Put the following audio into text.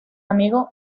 amigo